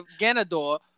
ganador